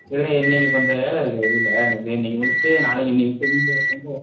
இல்லையே இன்னைக்கு கொஞ்சம் வேலை இருக்குது வெளியில் அதான் இன்னைக்கு முடிச்சுட்டு நாளைக்கு இன்னைக்கு கொஞ்சம் கொஞ்சம்